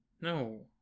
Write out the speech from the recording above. no